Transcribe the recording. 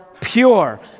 pure